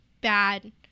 bad